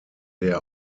der